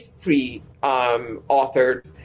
pre-authored